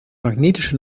magnetische